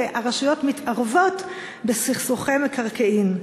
והרשויות מתערבות בסכסוכי מקרקעין.